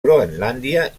groenlàndia